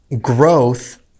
Growth